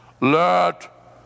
let